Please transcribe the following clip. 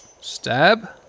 Stab